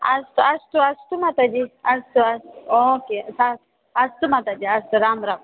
अस्तु अस्तु अस्तु माताजि अस्तु अस्तु ओके सा अस्तु माताजि अस्तु राम्राम्